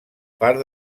part